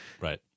Right